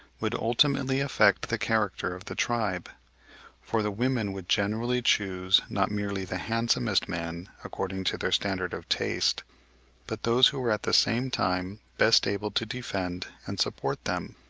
would ultimately affect the character of the tribe for the women would generally choose not merely the handsomest men, according to their standard of taste but those who were at the same time best able to defend and support them.